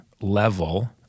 level